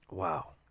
wow